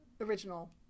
original